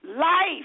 Life